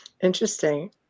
Interesting